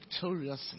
victoriously